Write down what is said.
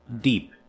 deep